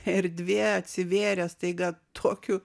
erdvė atsivėrė staiga tokiu